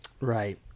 Right